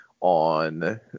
on